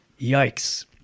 Yikes